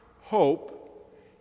hope